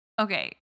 Okay